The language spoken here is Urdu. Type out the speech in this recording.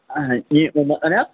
ہاں جی کون بات کر رہے ہیں آپ